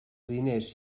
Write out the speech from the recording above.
diners